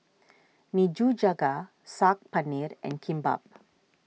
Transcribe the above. Nikujaga Saag Paneer and Kimbap